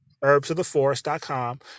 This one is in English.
Herbsoftheforest.com